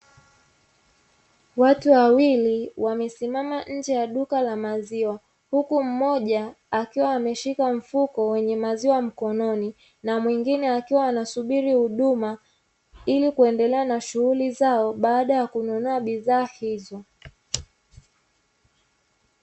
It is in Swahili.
Watu wawili wamesimama nje ya duka la maziwa huku mmoja akiwa ameshika mfuko wenye maziwa mkononi, na mwingine akiwa anasubiri huduma ili kuendelea na shughuli zao baada ya kununua bidhaa hizo.